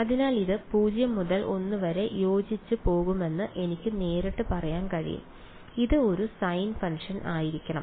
അതിനാൽ ഇത് 0 മുതൽ l വരെ യോജിച്ചുപോകുമെന്ന് എനിക്ക് നേരിട്ട് പറയാൻ കഴിയും ഇത് ഒരു സൈൻ ഫംഗ്ഷൻ ആയിരിക്കണം